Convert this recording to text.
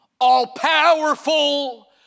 all-powerful